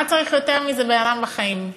מה צריך יותר מזה בן-אדם בחיים?